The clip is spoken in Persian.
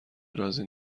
راضی